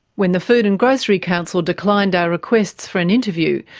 when the food and grocery council declined our requests for an interview,